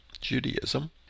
Judaism